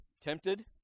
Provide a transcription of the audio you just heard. tempted